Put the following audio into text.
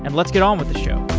and let's get on with the show